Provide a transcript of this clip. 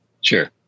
sure